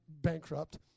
bankrupt